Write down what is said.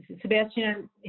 Sebastian